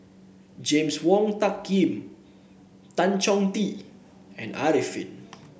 James Wong Tuck Yim Tan Chong Tee and Arifin